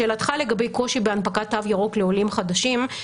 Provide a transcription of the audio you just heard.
לשאלתך לגבי קושי בהנפקת תו ירוק לעולים חדשים,